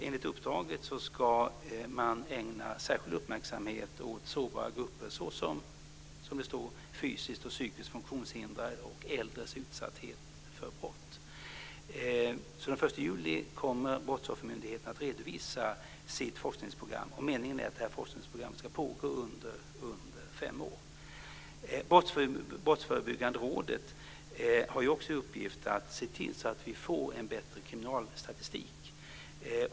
Enligt uppdraget ska man ägna särskild uppmärksamhet åt sårbara grupper - man nämner fysiskt och psykiskt handikappades och äldres utsatthet för brott. Den 1 juli kommer Brottsoffermyndigheten att redovisa sitt forskningsprogram. Meningen är att programmet ska pågå under fem år. Brottsförebyggande rådet har också i uppgift att se till att vi får en bättre kriminalstatistik.